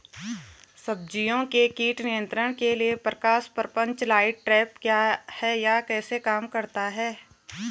सब्जियों के कीट नियंत्रण के लिए प्रकाश प्रपंच लाइट ट्रैप क्या है यह कैसे काम करता है?